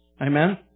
Amen